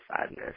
sadness